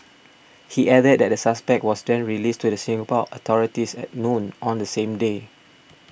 he added that the suspect was then released to the Singapore authorities at noon on the same day